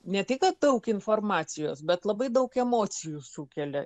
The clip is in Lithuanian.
ne tai kad daug informacijos bet labai daug emocijų sukelia